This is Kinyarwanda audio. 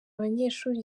abanyeshuri